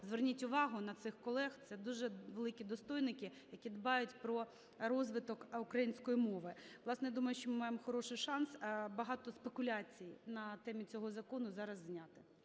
зверніть увагу на цих колег. Це дуже великі достойники, які дбають про розвиток української мови. Власне, думаю, що ми маємо хороший шанс багато спекуляцій на темі цього закону зараз зняти.